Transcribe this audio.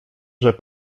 żeby